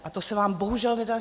A to se vám bohužel nedaří.